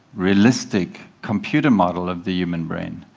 realistic computer model of the human brain.